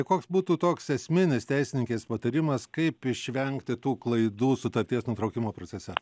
koks būtų toks esminis teisininkės patarimas kaip išvengti tų klaidų sutarties nutraukimo procese